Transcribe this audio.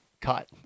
cut